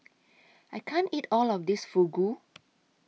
I can't eat All of This Fugu